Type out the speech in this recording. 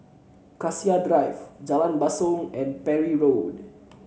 Cassia Drive Jalan Basong and Parry Road